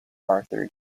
arthur